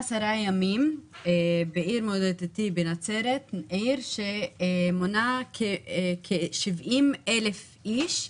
בעיר מולדתי נצרת, עיר שמונה כ-70,000 איש,